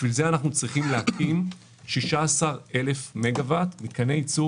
בשביל זה אנחנו צריכים להקים מתקני ייצור